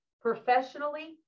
professionally